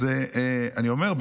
אז אני אומר,